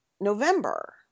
November